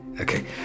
okay